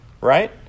Right